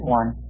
one